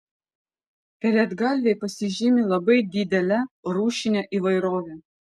pelėdgalviai pasižymi labai didele rūšine įvairove